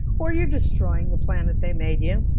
or you're destroying the planet they made you,